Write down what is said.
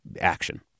action